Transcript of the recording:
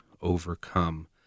overcome